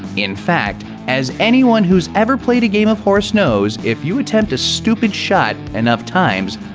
in fact, as anyone who has ever played a game of horse knows, if you attempt a stupid shot enough times,